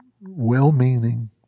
well-meaning